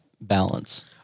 balance